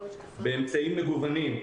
באמצעים מגוונים,